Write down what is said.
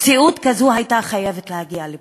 מציאות כזאת הייתה חייבת להגיע לפה.